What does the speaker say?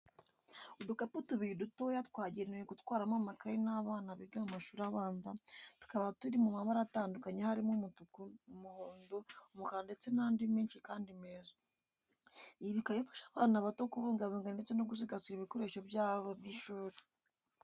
Udukapu tubiri dutoya twagenewe gutwarwamo amakayi n'abana biga mu mashuri abanza, tukaba turi mu mabara atandukanye harimo umutuku, umuhondo, umukara ndetse n'andi menshi kandi meza. Ibi bikaba bifasha abana bato kubungabunga ndetse no gusigasira ibikoresho byabo by'ishuri.